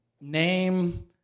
name